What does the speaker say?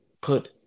put